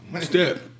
Step